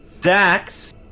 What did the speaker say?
Dax